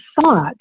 thought